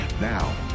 Now